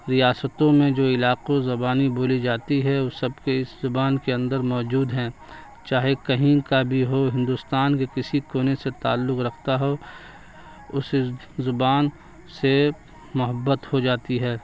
ریاستوں میں جو علاقوں زبانیں بولی جاتی ہیں وہ سب کے اس زبان کے اندر موجود ہیں چاہے کہیں کا بھی ہو ہندوستان کے کسی کونے سے تعلق رکھتا ہو اس زبان سے محبت ہو جاتی ہے